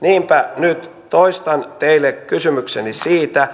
niinpä nyt toistan teille kysymykseni